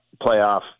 playoff